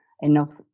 enough